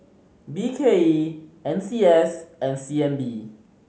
B K E N C S and C N B